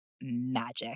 magic